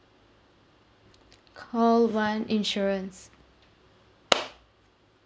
call one insurance